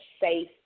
safe